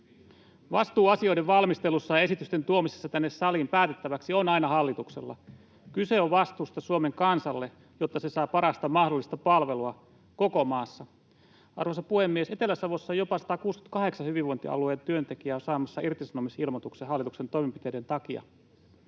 Vastuu asioiden valmistelusta ja esitysten tuomisesta tänne saliin päätettäväksi on aina hallituksella. Kyse on vastuusta Suomen kansalle, jotta se saa parasta mahdollista palvelua koko maassa. Arvoisa puhemies! Etelä-Savossa jopa 168 hyvinvointialueen työntekijää on saamassa irtisanomisilmoituksen hallituksen toimenpiteiden takia.